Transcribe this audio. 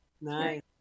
nice